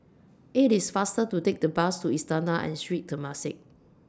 IT IS faster to Take The Bus to Istana and Sri Temasek